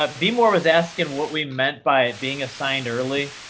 um bmoore was asking what we meant by being assigned early.